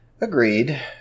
Agreed